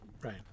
Right